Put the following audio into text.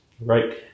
right